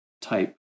type